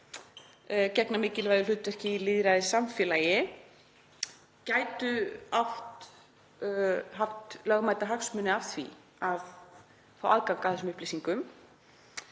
gegna mikilvægu hlutverki í lýðræðissamfélagi gætu haft lögmæta hagsmuni af því að fá aðgang að þessum upplýsingum